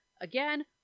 Again